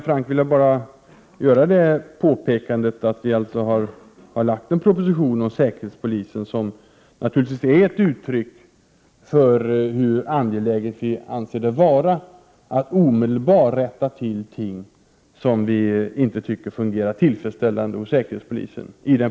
Jag vill bara göra det påpekandet, Hans Göran Franck, att vi har lagt fram en proposition om säkerhetspolisen, vilken naturligtvis är ett uttryck för hur angeläget vi anser det vara att omedelbart rätta till sådant som vi inte tycker fungerar tillfredsställande hos säkerhetspolisen.